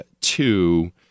Two